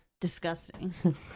disgusting